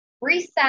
reset